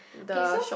okay so